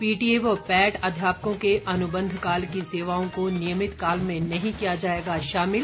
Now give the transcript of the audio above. PTA व PAT अध्यापकों के अनुबंध काल की सेवाओं को नियमित काल में नहीं किया जाएगा शामिल